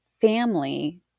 family